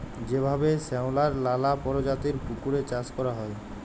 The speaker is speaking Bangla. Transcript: যেভাবে শেঁওলার লালা পরজাতির পুকুরে চাষ ক্যরা হ্যয়